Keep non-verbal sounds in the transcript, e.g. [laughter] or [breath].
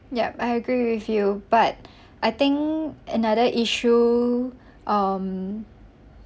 yup I agree with you but [breath] I think another issue um